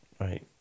Right